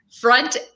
front